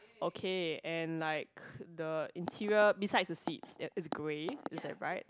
okay and like the interior besides the seats it it's grey is that right